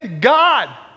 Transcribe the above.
God